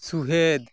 ᱥᱚᱦᱮᱫ